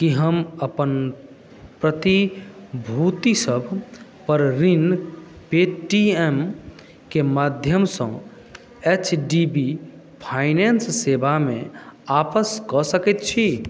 की हम अपन प्रतिभूतिसभ पर ऋण पे टी एम के माध्यमसँ एच डी बी फाइनेंस सेवामे आपस कऽ सकैत छी